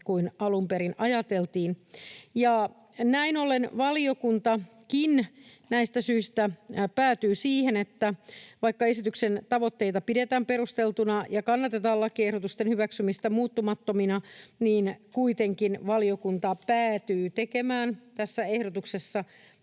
kuin alun perin ajateltiin. Näin ollen valiokuntakin näistä syistä päätyy siihen, että vaikka esityksen tavoitteita pidetään perusteltuina ja kannatetaan lakiehdotusten hyväksymistä muuttamattomina, niin kuitenkin valiokunta päätyy tekemään tässä ehdotuksessa